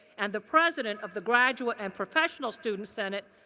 and the president of the graduate and professional student senate,